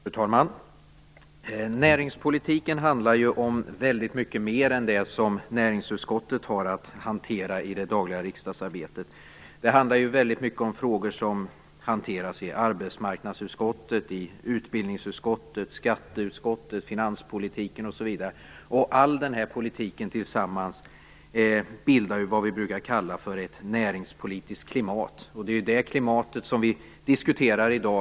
Fru talman! Näringspolitiken handlar ju om väldigt mycket mer än det som näringsutskottet har att hantera i det dagliga riksdagsarbetet. Det handlar mycket om frågor som hanteras i arbetsmarknadsutskottet, utbildningsutskottet, skatteutskottet och finanspolitiken. All den här politiken sammantaget bildar vad vi brukar kalla för ett näringspolitiskt klimat. Det är det klimatet vi diskuterar i dag.